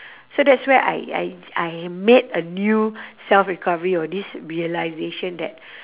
so that's where I I I made a new self recovery or this realisation that